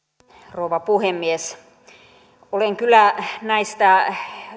rouva puhemies olen kyllä näistä